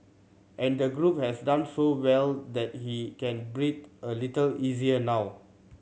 and the group has done so well that he can breathe a little easier now